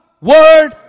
word